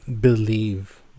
believe